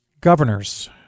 governors